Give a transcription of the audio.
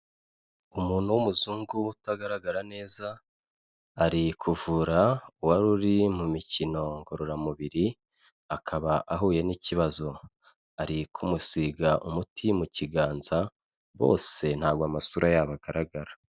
Umuntu w'umuzungu utagaragara neza ari kuvura uwari uri mu mikino ngororamubiri akaba ahuye n'ikibazo ari kumusiga umuti mu kiganza bose ntabwo amasura yabo agaragara.